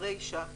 ברישה,